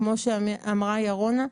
כמו שאמרה ירונה,